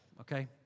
okay